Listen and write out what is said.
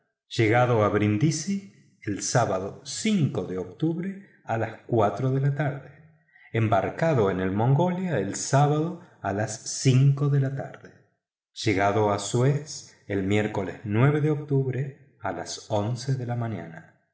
llegada a brindisi el sábado de octubre a las cuatro de la tarde embarcado en el mongolia el sábado a las cinco de la tarde llegada a suez el miércoles de octubre a las once de la mañana